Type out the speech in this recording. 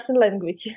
language